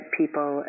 people